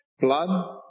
blood